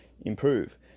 improve